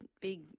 big